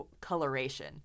Coloration